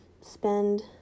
spend